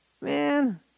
Man